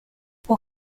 può